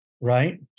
Right